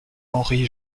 henri